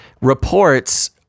reports